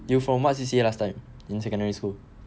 you from what C_C_A last time in secondary school